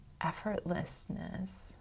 effortlessness